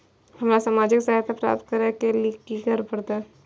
हमरा सामाजिक सहायता प्राप्त करय के लिए की सब करे परतै?